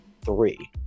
three